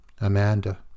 Amanda